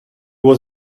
was